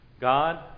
God